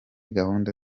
gahunda